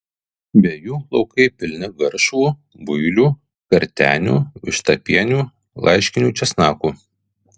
be jų laukai pilni garšvų builių kartenių vištapienių laiškinių česnakų